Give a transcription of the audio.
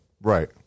Right